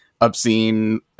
obscene